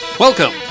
Welcome